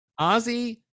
Ozzy